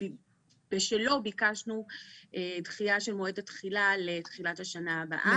שבשלו ביקשנו דחייה של מועד התחילה לתחילת השנה הבאה.